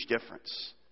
difference